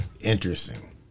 Interesting